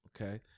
Okay